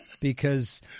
because-